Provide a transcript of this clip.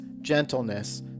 gentleness